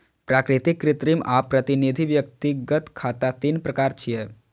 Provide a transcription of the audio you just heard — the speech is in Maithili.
प्राकृतिक, कृत्रिम आ प्रतिनिधि व्यक्तिगत खाता तीन प्रकार छियै